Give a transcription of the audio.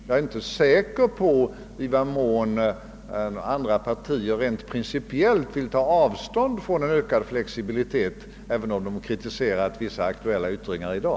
Jag är inte säker på i vad mån andra partier rent principiellt vill ta avstånd från en ökad flexibilitet, även om de kritiserat vissa aktuella yttringar i dag.